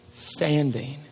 Standing